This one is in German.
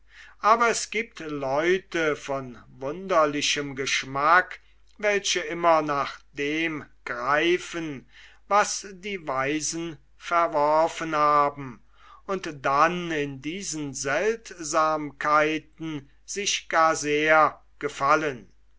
aber es giebt leute von wunderlichem geschmack welche immer nach dem greifen was die weisen verworfen haben und dann in diesen seltsamkeiten sich gar sehr gefallen